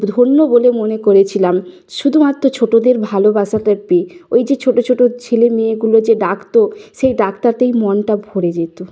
ধন্য বলে মনে করেছিলাম শুধুমাত্র ছোটোদের ভালোবাসাটা পেয়ে ওই যে ছোটো ছোটো ছেলে মেয়েগুলো যে ডাকত সেই ডাকটাতেই মনটা ভরে যেত